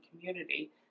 community